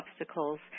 obstacles